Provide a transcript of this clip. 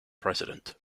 president